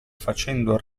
facendo